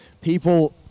people